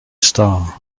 star